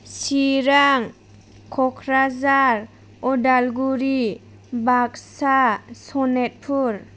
Chirang Kokrajhar Udalguri Baksa Sonitpur